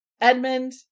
Edmund